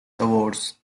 awards